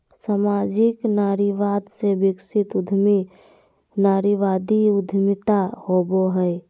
सामाजिक नारीवाद से विकसित उद्यमी नारीवादी उद्यमिता होवो हइ